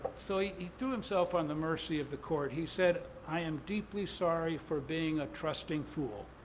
so he he threw himself on the mercy of the court. he said, i am deeply sorry for being a trusting fool.